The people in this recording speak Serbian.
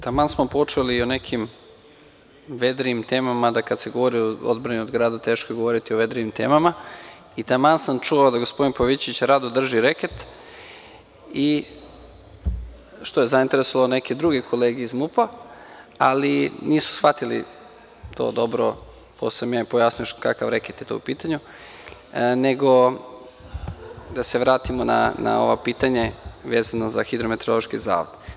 Taman smo počeli o nekim vedrijim temama, mada kada se govori o odbrani od grada, teško je govoriti o vedrijim temama i taman sam čuo da gospodin Pavićević, drži reket, što je zainteresovalo neke druge kolege iz MUP-a, ali nisu shvatili to dobro, pa sam ja pojasnio kakav je reket u pitanju, nego da se vratimo na ova pitanja vezano za Hidrometeorološki zavod.